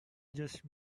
just